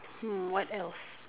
hmm what else